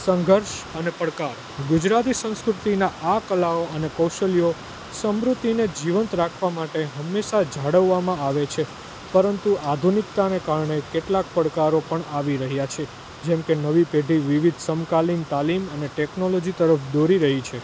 સંઘર્ષ અને પડકાર ગુજરાતી સંસ્કૃતિનાં આ કલાઓ અને કૌશલ્યો સ્મૃતિને જીવંત રાખવા માટે હંમેશા જાળવવામાં આવે છે પરંતુ આધુનિકતાને કારણે કેટલાક પડકારો પણ આવી રહ્યા છે જેમકે નવી પેઢી વિવિધ સમકાલીન તાલીમ અને ટેકનોલોજી તરફ દોરી રહી છે